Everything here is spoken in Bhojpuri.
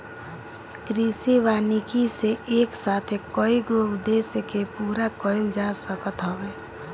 कृषि वानिकी से एक साथे कईगो उद्देश्य के पूरा कईल जा सकत हवे